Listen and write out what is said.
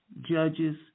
judges